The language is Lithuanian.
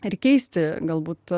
ir keisti galbūt